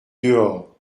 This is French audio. dehors